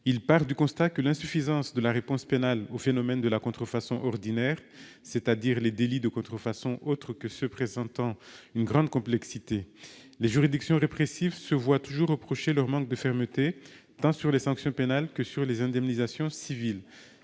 fait le constat de l'insuffisance de la réponse pénale au phénomène de la contrefaçon ordinaire, c'est-à-dire des délits de contrefaçon autres que ceux qui présentent une grande complexité. Les juridictions répressives se voient toujours reprocher leur manque de fermeté tant sur les sanctions pénales que sur les indemnisations civiles.